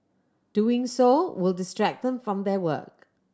doing so will distract then from their work